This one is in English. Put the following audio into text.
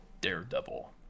Daredevil